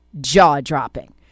jaw-dropping